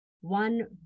one